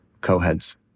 co-heads